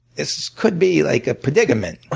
this could be like a predicament.